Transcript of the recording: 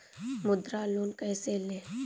मुद्रा लोन कैसे ले?